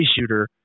shooter